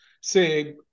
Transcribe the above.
say